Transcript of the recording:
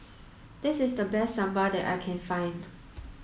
this is the best Sambar that I can find